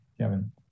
Kevin